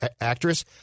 actress